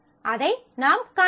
அதை நாம் காணலாம்